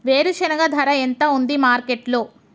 వేరుశెనగ ధర ఎంత ఉంది మార్కెట్ లో?